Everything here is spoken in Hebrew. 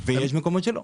ויש מקומות שלא.